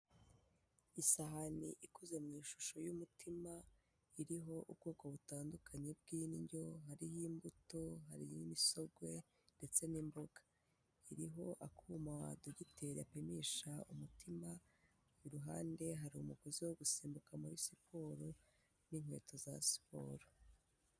Isahani ikoze mu ishusho y'umutima, iriho ubwoko butandukanye bw'indyo, hariho imbuto, hariho imisogwe ndetse n'imboga. Iriho akuma dogiteri apimisha umutima, iruhande hari umugozi wo gusimbuka muri siporo, n'inkweto za siporo.